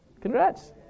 congrats